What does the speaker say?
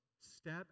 Step